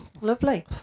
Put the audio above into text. Lovely